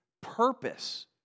purpose